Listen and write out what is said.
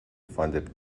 funded